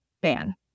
ban